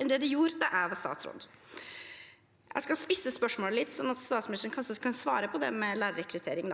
enn da jeg var statsråd. Jeg skal spisse spørsmålet litt, sånn at statsministeren kanskje kan svare på det om lærerrekruttering.